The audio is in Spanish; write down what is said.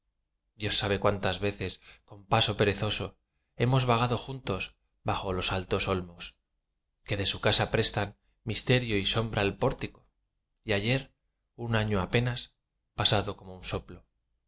dios sabe cuántas veces con paso perezoso hemos vagado juntos bajo los altos olmos que de su casa prestan misterio y sombra al pórtico y ayer un año apenas pasado como un soplo